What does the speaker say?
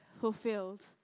fulfilled